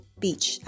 beach